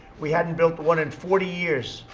we hadn't built one in forty years.